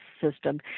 system